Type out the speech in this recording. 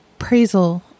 appraisal